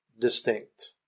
distinct